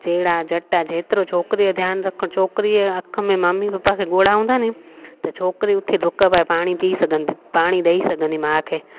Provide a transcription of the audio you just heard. जेड़ा झटि आहे जेतिरो छोकिरीअ ध्यानु रख छोकिरीअ अखि में मम्मी पप्पा खे गोड़ा हूंदा ने त छोकिरियूं उते डुक पाए पाणी पीउ सघंदी पाणी ॾेई सघंदी माउ खे